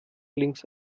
links